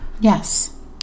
Yes